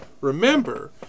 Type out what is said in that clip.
Remember